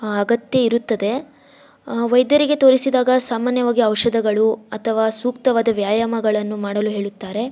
ಅಗತ್ಯ ಇರುತ್ತದೆ ವೈದ್ಯರಿಗೆ ತೋರಿಸಿದಾಗ ಸಾಮಾನ್ಯವಾಗಿ ಔಷಧಗಳು ಅಥವಾ ಸೂಕ್ತವಾದ ವ್ಯಾಯಾಮಗಳನ್ನು ಮಾಡಲು ಹೇಳುತ್ತಾರೆ